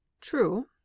True